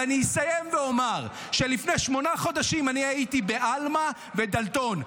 ואני אסיים ואומר שלפני שמונה חודשים אני הייתי בעלמה ובדלתון.